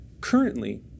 Currently